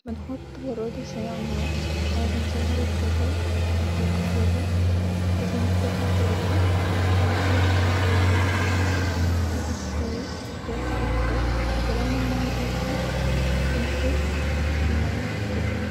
بنحط براد الشاي علي النار- او بنشغل الكاتيل الكهربا-وبنسيبها تغلي-وبنجهز الكوبايه بتاعتنا-فيها الشاي-وفيها السكر-ولما الميه تغلي بنصوب-الميه في الكوبايه